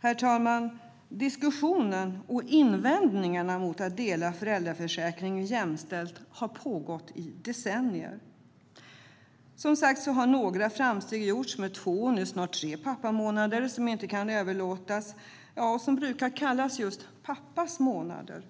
Herr talman! Diskussionen om och invändningarna mot att dela föräldraförsäkringen jämställt har pågått i decennier. Några framsteg har gjorts med två och nu snart tre månader som inte kan överlåtas och som brukar kallas pappas månader.